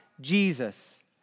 Jesus